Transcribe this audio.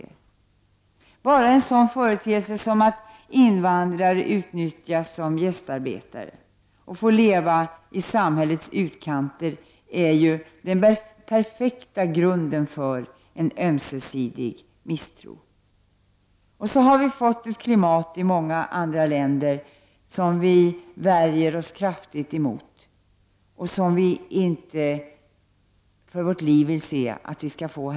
T.ex. en sådan företeelse som att invandrare utnyttjas som gästarbetare och får leva i samhällets utkanter är den perfekta grunden för en ömsesidig misstro. På det sättet har det i många andra länder skapats ett klimat som vi i Sverige värjer oss kraftigt mot och som vi inte för vårt liv vill ha i Sverige.